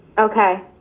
okay.